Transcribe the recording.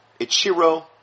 Ichiro